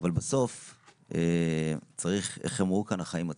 אבל בסוף צריך, איך אמרו כאן, החיים עצמם.